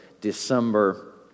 December